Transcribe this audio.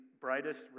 brightest